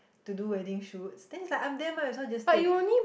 to do wedding shoots then it's like I'm there might as well just stay